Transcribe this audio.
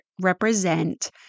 represent